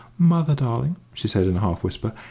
mother darling, she said, in a half whisper,